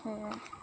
সেয়াই